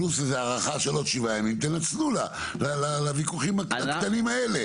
פלוס איזו הארכה של עוד שבעה ימים תנצלו לוויכוחים הקטנים האלה.